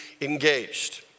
engaged